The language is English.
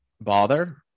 bother